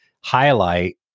highlight